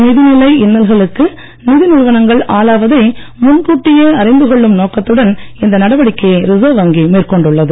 நிதிநிலை இன்னல்களுக்கு நிதி நிறுவனங்கள் ஆளாவதை முன்கூட்டியே அறிந்துகொள்ளும் நோக்கத்துடன் இந்த நடவடிக்கையை ரிசர்வ் வங்கி மேற்கொண்டுள்ளது